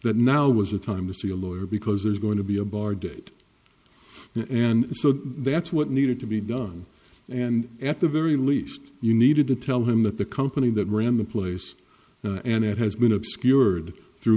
that now was a time to see a lawyer because there's going to be a bar date and so that's what needed to be done and at the very least you needed to tell him that the company that ran the place and it has been obscured through